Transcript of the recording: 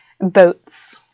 boats